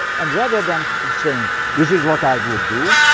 and rather than saying, this is what i would do,